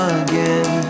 again